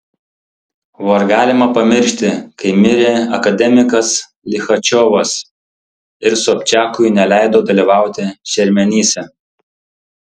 o ar galima pamiršti kai mirė akademikas lichačiovas ir sobčiakui neleido dalyvauti šermenyse